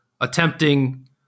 attempting